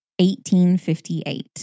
1858